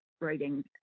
writing